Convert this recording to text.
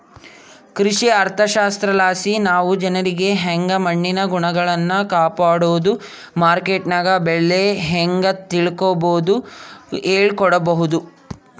ಕೃಷಿ ಅರ್ಥಶಾಸ್ತ್ರಲಾಸಿ ನಾವು ಜನ್ರಿಗೆ ಯಂಗೆ ಮಣ್ಣಿನ ಗುಣಗಳ್ನ ಕಾಪಡೋದು, ಮಾರ್ಕೆಟ್ನಗ ಬೆಲೆ ಹೇಂಗ ತಿಳಿಕಂಬದು ಹೇಳಿಕೊಡಬೊದು